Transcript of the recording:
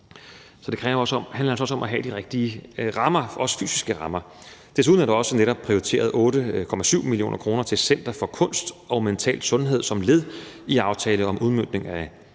Så det handler altså om at have de rigtige rammer, også de fysiske rammer. Desuden er der netop også prioriteret 8,7 mio. kr. til Center for Kunst og Mental Sundhed som led i aftalen om en udmøntning af